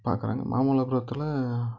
பார்க்குறாங்க மாமல்லபுரத்தில்